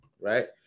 right